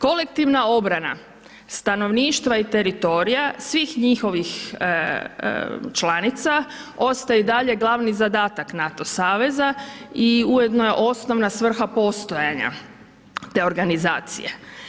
Kolektivna obrana stanovništva i teritorija svih njihovih članica ostaje i dalje glavni zadatak NATO saveza i ujedno je osnovna svrha postojanja te organizacije.